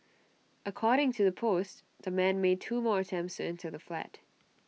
according to the post the man made two more attempts enter the flat